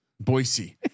Boise